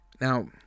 now